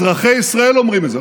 אזרחי ישראל אומרים את זה,